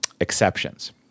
exceptions